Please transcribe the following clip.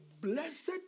blessed